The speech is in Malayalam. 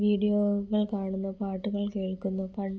വീഡിയോകൾ കാണുന്നു പാട്ടുകൾ കേൾക്കുന്നു പണ്ട്